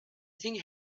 thing